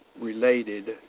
related